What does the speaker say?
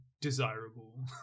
desirable